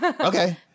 Okay